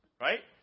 right